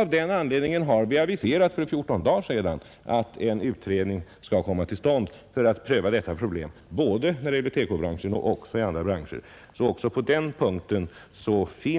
Av den anledningen har vi för fjorton dagar sedan aviserat att en utredning skall tillsättas för att se över detta problem när det gäller både TEKO-industrin och andra branscher. Också på den punkten är det